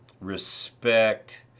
respect